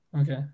Okay